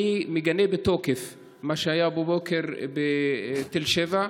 אני מגנה בתוקף מה שהיה בבוקר בתל שבע.